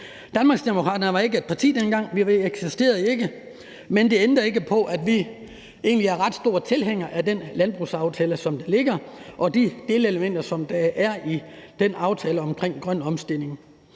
Danmarksdemokraterne var ikke et parti dengang, vi eksisterede ikke, men det ændrer ikke på, at vi egentlig er ret store tilhængere af den landbrugsaftale, som ligger, og de delelementer, som der er i den aftale om grøn omstilling.